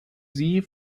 sie